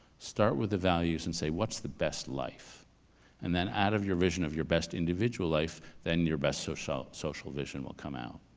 start with the values and say what's the best life and then out of your vision of your best individual life, then your best social social vision will come out.